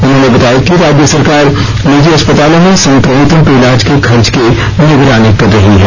उन्होंने बताया कि राज्य सरकार निजी अस्पतालों में संक्रमितों के इलाज के खर्च की निगरानी कर रही है